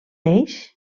eix